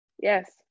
Yes